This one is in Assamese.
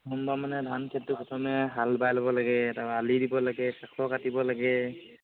প্ৰথম পৰা মানে ধান খেতিটো প্ৰথমে হাল বাই ল'ব লাগে তাৰ আলি দিব লাগে চাপৰ কাটিব লাগে